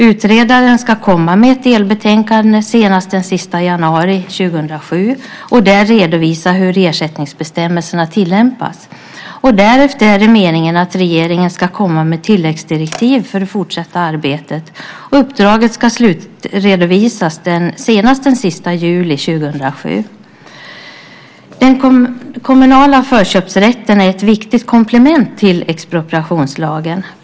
Utredaren ska komma med ett delbetänkande senast den 31 januari 2007 och där redovisa hur ersättningsbestämmelserna tillämpas. Därefter är det meningen att regeringen ska komma med tilläggsdirektiv för det fortsatta arbetet. Uppdraget ska slutredovisas senast den 31 juli 2007. Den kommunala förköpsrätten är ett viktigt komplement till expropriationslagen.